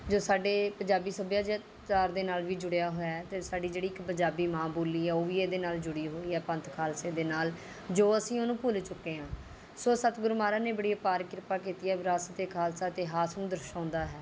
ਜੋ ਸਾਡੇ ਪੰਜਾਬੀ ਸੱਭਆਚਾਰ ਦੇ ਨਾਲ ਵੀ ਜੁੜਿਆ ਹੋਇਆ ਹੈ ਅਤੇ ਸਾਡੀ ਜਿਹੜੀ ਇੱਕ ਪੰਜਾਬੀ ਮਾਂ ਬੋਲੀ ਹੈ ਉਹ ਵੀ ਇਹਦੇ ਨਾਲ ਜੁੜੀ ਹੋਈ ਹੈ ਪੰਥ ਖਾਲਸੇ ਦੇ ਨਾਲ ਜੋ ਅਸੀਂ ਉਹਨੂੰ ਭੁੱਲ ਚੁੱਕੇ ਹਾਂ ਸੌ ਸਤਿਗੁਰ ਮਹਾਰਾਜ ਨੇ ਬੜੀ ਅਪਾਰ ਕਿਰਪਾ ਕੀਤੀ ਹੈ ਵਿਰਾਸਤ ਏ ਖਾਲਸਾ ਇਤਹਾਸ ਨੂੰ ਦਰਸਾਉਂਦਾ ਹੈ